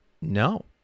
no